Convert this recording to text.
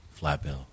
Flatbill